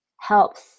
helps